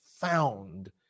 found